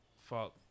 fuck